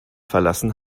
verlassen